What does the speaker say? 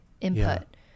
input